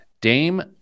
Dame